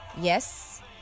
Yes